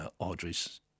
Audrey's